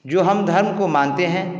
जो हम धर्म को मानते हैं